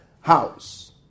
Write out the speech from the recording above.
house